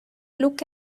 look